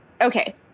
okay